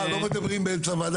סליחה, לא מדברים באמצע ועדה.